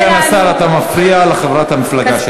אדוני סגן השר, אתה מפריע לחברת המפלגה שלך.